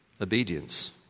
Obedience